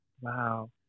Wow